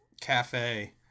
cafe